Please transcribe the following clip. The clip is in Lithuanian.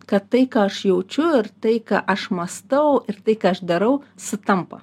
kad tai ką aš jaučiu ir tai ką aš mąstau ir tai ką aš darau sutampa